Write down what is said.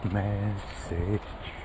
message